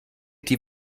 die